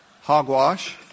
Hogwash